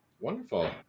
Wonderful